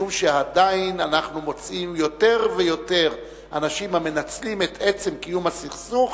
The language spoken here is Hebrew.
משום שעדיין אנחנו מוצאים יותר ויותר אנשים המנצלים את עצם קיום הסכסוך